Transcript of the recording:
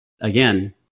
again